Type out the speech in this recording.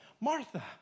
Martha